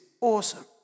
awesome